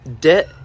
debt